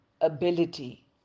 ability